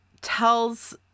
tells